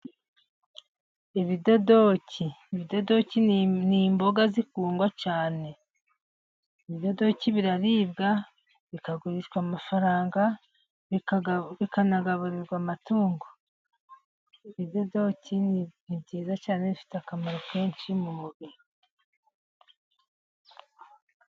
Ibidodoki ni imboga zikundwa cyane, ibidodoki biraribwa bikagurishwa amafaranga bikanagaburirwa amatungo, ibidodoki ni byiza cyane bifite akamaro kenshi mu mubiri.